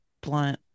blunt